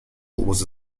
was